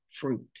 fruit